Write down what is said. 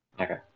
Okay